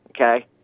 okay